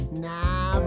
now